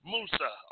Musa